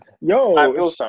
Yo